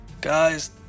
Guys